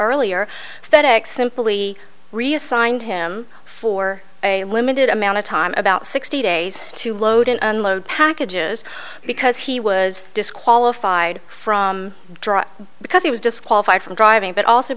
earlier that ex simply reassigned him for a limited amount of time about sixty days to load and unload packages because he was disqualified from draw because he was disqualified from driving but also